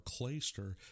Clayster